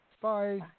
Bye